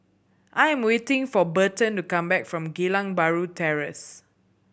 I am waiting for Berton to come back from Geylang Bahru Terrace